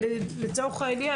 לצורך העניין,